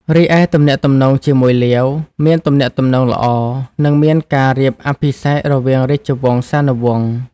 រីឯទំនាក់ទំនងជាមួយលាវ មានទំនាក់ទំនងល្អ និងមានការរៀបអភិសេករវាងរាជវង្សានុវង្ស។